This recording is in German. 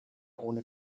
ohne